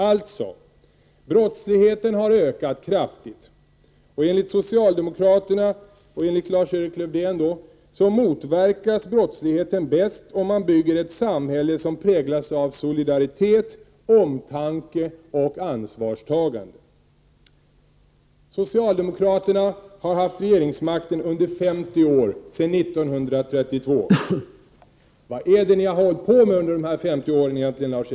Alltså: Brottsligheten har ökat kraftigt, och enligt socialdemokraterna — och Lars-Erik Lövdén — motverkas brottsligheten bäst om man bygger ett samhälle som präglas av solidaritet, omtanke och ansvarstagande. Socialdemokraterna har haft regeringsmakten under 50 år sedan 1932. Vad är det egentligen ni har hållit på med under de här 50 åren, Lars-Erik Lövdén?